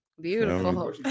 beautiful